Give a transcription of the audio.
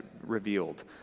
revealed